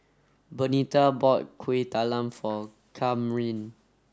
Benita bought Kuih Talam for Camryn